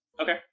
Okay